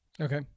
okay